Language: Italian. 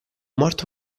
morto